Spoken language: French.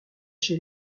chez